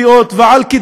ועל זכויות חברתיות,